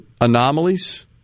anomalies